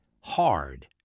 hard